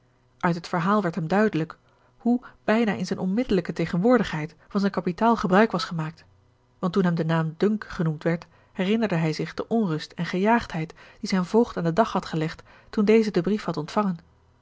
uit het verhaal werd hem duidelijk hoe bijna in zijne onmiddellijke tegenwoordigheid van zijn kapitaal gebruik was gemaakt want toen hem de naam dunk genoemd werd herinnerde hij zich de onrust en gejaagdheid die zijn voogd aan den dag had gelegd toen deze den brief had ontvangen